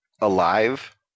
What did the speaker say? alive